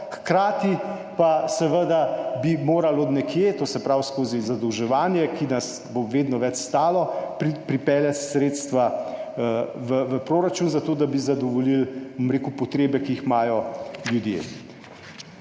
hkrati pa bi seveda morali od nekje, to se pravi skozi zadolževanje, ki nas bo vedno več stalo, pripeljati sredstva v proračun, zato da bi zadovoljili potrebe, ki jih imajo ljudje.